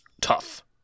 tough